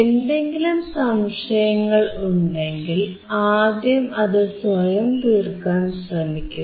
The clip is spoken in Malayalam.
എന്തെങ്കിലും സംശയങ്ങൾ ഉണ്ടെങ്കിൽ ആദ്യം അതു സ്വയം തീർക്കാൻ ശ്രമിക്കുക